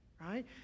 right